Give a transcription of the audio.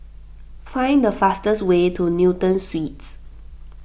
find the fastest way to Newton Suites